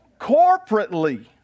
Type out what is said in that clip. Corporately